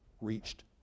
reached